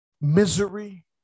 Misery